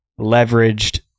leveraged